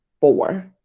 four